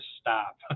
stop